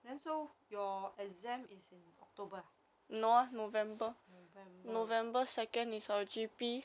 then so your exam is in october ah november november